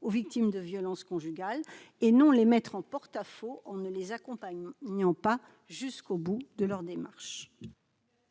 aux victimes de violences conjugales et non les mettre en porte-à-faux, on ne les accompagne, il n'y en pas jusqu'au bout de leur démarche.